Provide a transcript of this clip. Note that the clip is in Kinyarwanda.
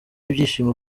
ibyishimo